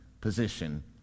position